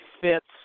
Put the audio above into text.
fits